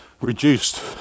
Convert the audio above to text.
reduced